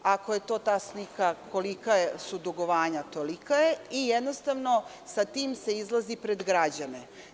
Ako je to ta slika kolika su dugovanja, tolika je, i jednostavno sa tim se izlazi pred građane.